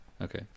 Okay